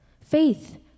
Faith